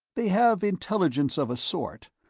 they have intelligence of a sort,